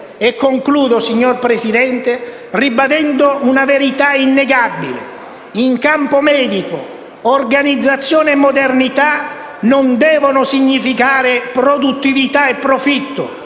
Concludo, signor Presidente, ribadendo una verità innegabile: in campo medico organizzazione e modernità non devono significare produttività e profitto,